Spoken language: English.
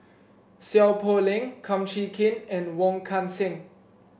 Seow Poh Leng Kum Chee Kin and Wong Kan Seng